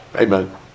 Amen